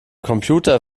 computer